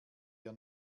wir